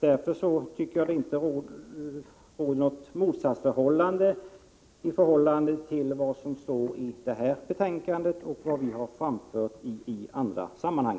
Därför tycker jag att det inte råder något motsatsförhållande mellan vad som står i detta betänkande och vad vi har framfört i andra sammanhang.